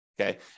Okay